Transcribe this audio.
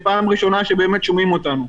זו הפעם הראשונה שבאמת שומעים אותנו.